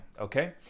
okay